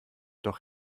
doch